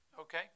Okay